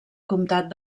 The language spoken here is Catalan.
comtat